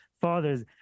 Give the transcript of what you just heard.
fathers